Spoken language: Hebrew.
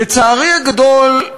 לצערי הגדול,